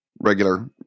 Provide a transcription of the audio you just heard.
regular